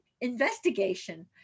investigation